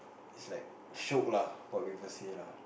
is like shiok lah what people say lah